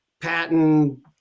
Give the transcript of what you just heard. patent